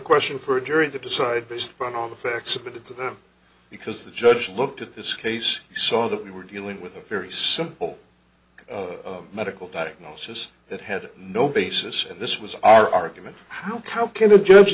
question for a jury to decide based upon all the facts submitted to them because the judge looked at this case saw that we were dealing with a very simple medical diagnosis that had no basis and this was our argument how can the judge